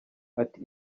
ati